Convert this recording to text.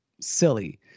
silly